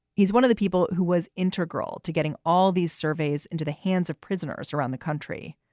he's one of the people who was integral to getting all these surveys into the hands of prisoners around the country.